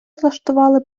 влаштували